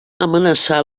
amenaçar